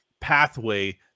pathway